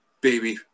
baby